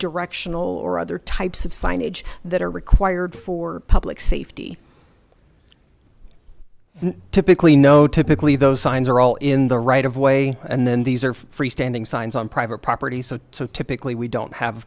directional or other types of signage that are required for public safety and typically no typically those signs are all in the right of way and then these are freestanding signs on private property so typically we don't have